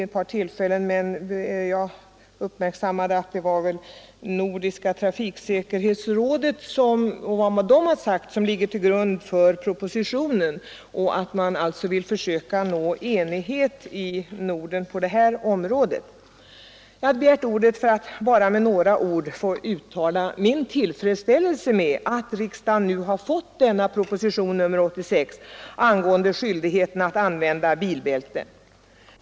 Jag har dock uppmärksammat att det var förslag från Nordiska trafiksäkerhetsrådet som låg till grund för propositionen och att man alltså vill försöka nå enighet i Norden på detta område. Jag har begärt ordet för att i korthet få uttala min tillfredsställelse med att riksdagen nu har fått propositionen 86 angående skyldigheten att använda bilbälte.